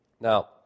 Now